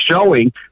showing